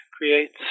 creates